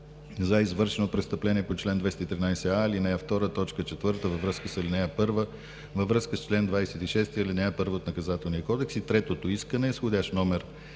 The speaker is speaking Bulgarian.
за извършено престъпление по чл. 213а, ал. 2, т. 4 във връзка с ал. 1, във връзка с чл. 26, ал. 1 от Наказателния кодекс. Третото искане е с входящ №